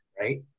right